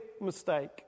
mistake